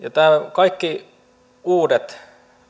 kaikki uudet